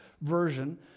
version